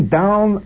down